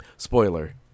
Spoiler